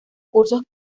cursos